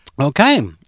Okay